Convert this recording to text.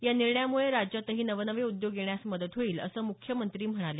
या निर्णयामुळे राज्यातही नवनवे उद्योग येण्यास मदत होईल असं मुख्यमंत्री म्हणाले